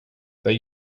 they